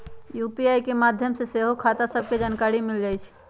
UPI के माध्यम से सेहो खता सभके जानकारी मिल जाइ छइ